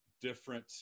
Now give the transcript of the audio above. different